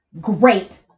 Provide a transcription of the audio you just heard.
Great